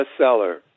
bestseller